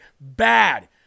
Bad